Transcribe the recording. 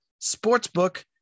sportsbook